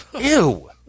ew